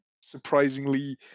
surprisingly